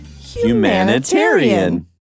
Humanitarian